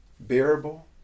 bearable